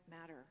Matter